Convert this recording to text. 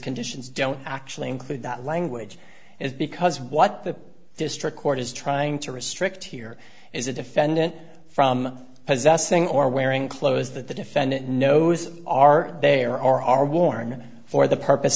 conditions don't actually include that language is because what the district court is trying to restrict here is a defendant from possessing or wearing clothes that the defendant knows are there or are worn for the purpose